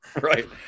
Right